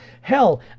Hell